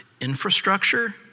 infrastructure